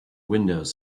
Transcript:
windows